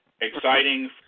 exciting